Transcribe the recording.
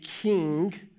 king